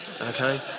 okay